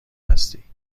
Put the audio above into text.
هستی